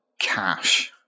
cash